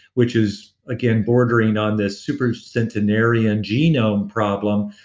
which is, again, bordering on this supercentenarian genome problem,